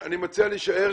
אייל,